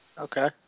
okay